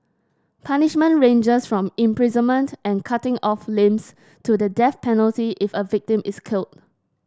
punishment ranges from imprisonment and cutting off limbs to the death penalty if a victim is killed